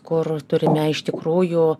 kur turime iš tikrųjų